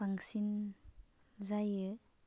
बांसिन जायो